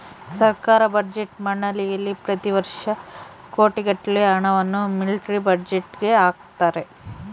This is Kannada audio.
ಸರ್ಕಾರ ಬಜೆಟ್ ಮಂಡಳಿಯಲ್ಲಿ ಪ್ರತಿ ವರ್ಷ ಕೋಟಿಗಟ್ಟಲೆ ಹಣವನ್ನು ಮಿಲಿಟರಿ ಬಜೆಟ್ಗೆ ಹಾಕುತ್ತಾರೆ